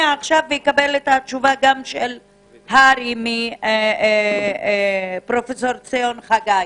ואקבל את תשובת הר"י מפיו של פרופסור ציון חגי.